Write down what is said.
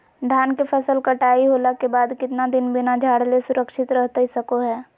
धान के फसल कटाई होला के बाद कितना दिन बिना झाड़ले सुरक्षित रहतई सको हय?